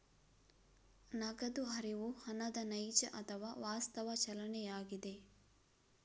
ನಗದು ಹರಿವು ಹಣದ ನೈಜ ಅಥವಾ ವಾಸ್ತವ ಚಲನೆಯಾಗಿದೆ